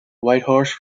whitehorse